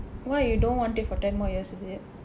why you don't want it for ten more years is it